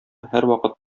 һәрвакыт